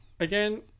Again